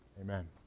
Amen